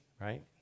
right